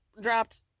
dropped